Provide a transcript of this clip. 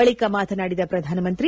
ಬಳಿಕ ಮಾತನಾಡಿದ ಪ್ರಧಾನಮಂತ್ರಿ